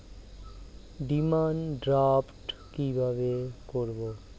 Demand draft কীভাবে করব?